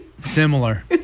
Similar